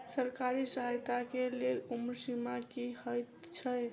सरकारी सहायता केँ लेल उम्र सीमा की हएत छई?